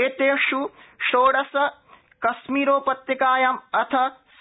एतेष् षोडश कश्मीरो त्यकायां अथ